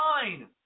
fine